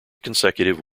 consecutive